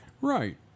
Right